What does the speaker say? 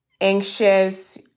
anxious